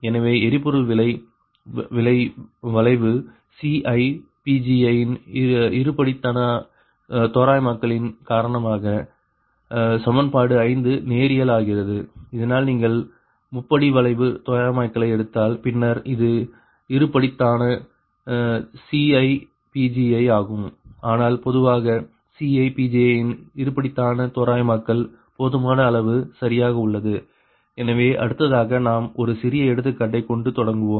எனவே எரிபொருள் விலை வளைவு CiPgi இன் இருபடித்தான தோராயமாக்கலின் காரணமாக சமன்பாடு 5 நேரியல் ஆகிறது ஆனால் நீங்கள் முப்படி வளைவு தோராயமாக்கலை எடுத்தால் பின்னர் இது இருபடித்தான CiPgi ஆகும் ஆனால் பொதுவாக CiPgi இன் இருபடித்தான தோராயமாக்கல் போதுமான அளவு சரியாக உள்ளது எனவே அடுத்ததாக நாம் ஒரு சிறிய எடுத்துக்காட்டைக் கொண்டு தொடங்குவோம்